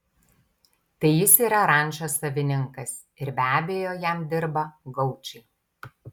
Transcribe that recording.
tai jis yra rančos savininkas ir be abejo jam dirba gaučai